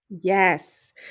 Yes